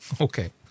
Okay